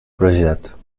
projeto